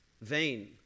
vain